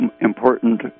important